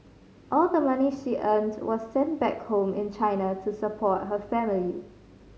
all the money she earned was sent back home in China to support her family